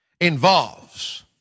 involves